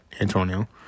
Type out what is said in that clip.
Antonio